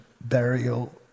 burial